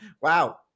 Wow